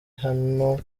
hano